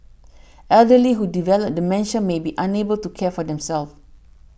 elderly who develop dementia may be unable to care for themselves